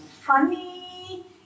Funny